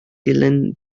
dylan